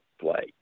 play